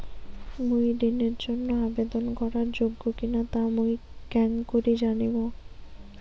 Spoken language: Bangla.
মুই ঋণের জন্য আবেদন করার যোগ্য কিনা তা মুই কেঙকরি জানিম?